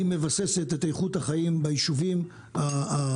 הרפורמה מבססת את איכות החיים ביישובים הכפריים,